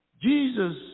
Jesus